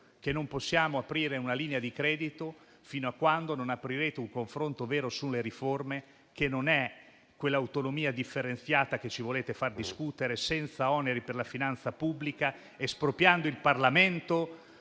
che non possiamo aprire una linea di credito fino a quando non aprirete un confronto vero sulle riforme, che non sono quell'autonomia differenziata che ci volete far discutere senza oneri per la finanza pubblica, espropriando il Parlamento